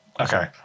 Okay